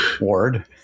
Ward